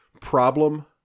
problem